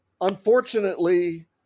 unfortunately